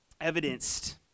evidenced